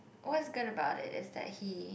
what is going about it is that he